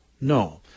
No